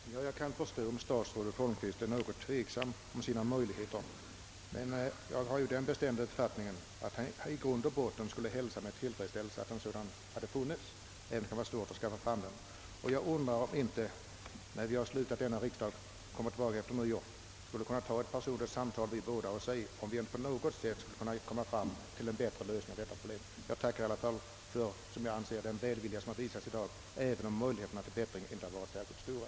Herr talman! Jag kan förstå om statsrådet Holmqvist är tveksam om sina möjligheter. Men jag har den bestämda uppfattningen att han i grund och botten skulle hälsa med tillfredsställelse att en sådan fond hade funnits, även om det kan vara svårt att bilda den. Jag undrar om vi inte, när vi kommer tillbaka efter nyår till riksdagen, skulle kunna ta ett personligt samtal och se om vi inte på något sätt kunde nå en bättre lösning av detta problem. Jag tackar i alla fall för den välvilja som jag anser har visats i dag, även om möjligheterna till bättring inte har varit särskilt stora.